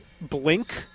blink